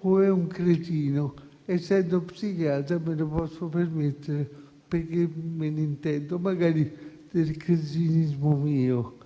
o è un cretino. Essendo psichiatra, me lo posso permettere, perché me ne intendo, magari del cretinismo mio,